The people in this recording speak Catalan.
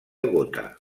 gota